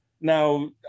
Now